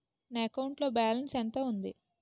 నా అకౌంట్ లో బాలన్స్ ఎంత ఉంది?